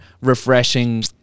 refreshing